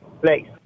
place